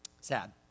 Sad